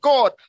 God